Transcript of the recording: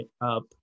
up